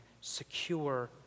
secure